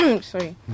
sorry